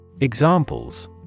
Examples